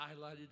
highlighted